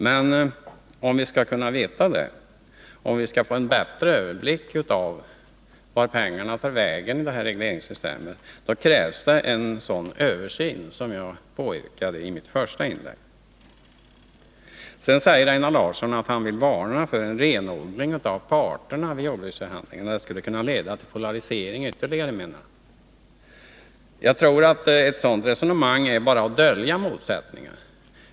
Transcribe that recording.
Men om vi skall kunna veta det och om vi skall kunna få en bättre överblick över vart pengarna tar vägen enligt dessa regleringsbestämmelser, krävs en sådan översyn som jag påyrkade i mitt första inlägg. Sedan säger Einar Larsson att han vill varna för renodling av partsintressena vid förhandlingar, eftersom det skulle kunna leda till ytterligare polarisering. Jag tror att man med ett sådant resonemang bara döljer motsättningarna.